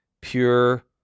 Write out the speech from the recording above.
pure